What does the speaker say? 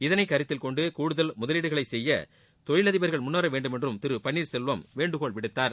இதனை கருத்தில்கொண்டு கூடுதல் முதலீடுகளை செய்ய தொழில் அதிபர்கள் முள்வர வேண்டும் என்றம் திரு ஒபன்னீர்செல்வம் வேண்டுகோள் விடுத்தார்